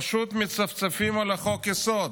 פשוט מצפצפים על חוק-היסוד,